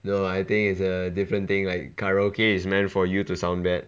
no I think is a different thing like karaoke is meant for you to sound bad